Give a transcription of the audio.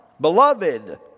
Beloved